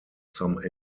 some